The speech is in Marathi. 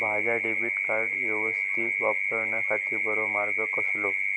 माजा डेबिट कार्ड यवस्तीत वापराच्याखाती बरो मार्ग कसलो?